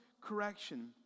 correction